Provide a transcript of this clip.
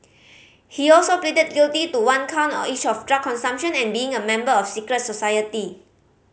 he also pleaded guilty to one count on each of drug consumption and being a member of secret society